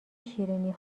شیرینی